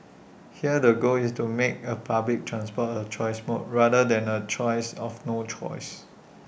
here the goal is to make A public transport A choice mode rather than A choice of no choice